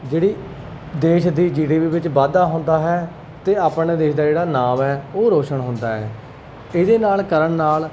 ਜਿਹੜੀ ਦੇਸ਼ ਦੀ ਜੀ ਡੀ ਪੀ ਵਿੱਚ ਵਾਧਾ ਹੁੰਦਾ ਹੈ ਅਤੇ ਆਪਣੇ ਦੇਸ਼ ਦਾ ਜਿਹੜਾ ਨਾਮ ਹੈ ਉਹ ਰੋਸ਼ਨ ਹੁੰਦਾ ਹੈ ਇਹਦੇ ਨਾਲ ਕਰਨ ਨਾਲ